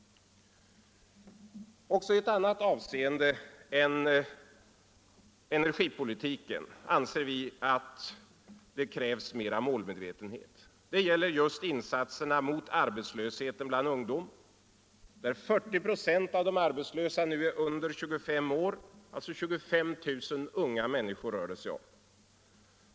Också i ett annat avseende än energipolitiken anser vi att politiken måste bedrivas mera målmedvetet. Det gäller just insatserna mot ar betslösheten bland ungdom. 40 96 av de arbetslösa är under 25 år. Det rör sig alltså om 25 000 unga människor.